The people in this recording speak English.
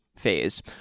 phase